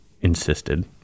insisted